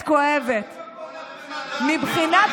בבקשה.